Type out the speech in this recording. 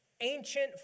ancient